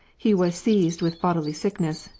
he was seized with bodily sickness,